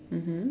mmhmm